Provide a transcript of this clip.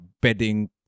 bedding